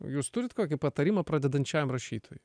jūs turit kokį patarimą pradedančiąjam rašytojui